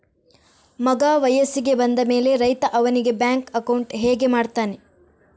ಮಗ ವಯಸ್ಸಿಗೆ ಬಂದ ಮೇಲೆ ರೈತ ಅವನಿಗೆ ಬ್ಯಾಂಕ್ ಅಕೌಂಟ್ ಹೇಗೆ ಮಾಡ್ತಾನೆ?